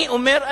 אני אומר,